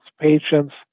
patients